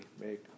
make